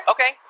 Okay